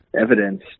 evidence